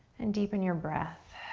and deepen your breath.